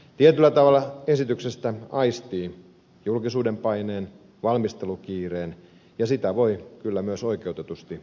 tietyllä tavalla esityksestä aistii julkisuuden paineen valmistelukiireen ja sitä voi kyllä myös oikeutetusti moittiakin